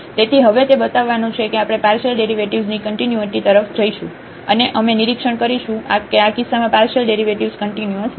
તેથી હવે તે બતાવવાનું છે કે આપણે પાર્શિયલ ડેરિવેટિવ્ઝની કન્ટિન્યુટી તરફ જઈશું અને અમે નિરીક્ષણ કરીશું કે આ કિસ્સામાં પાર્શિયલ ડેરિવેટિવ્ઝ કન્ટીન્યુઅસ નથી